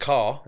Car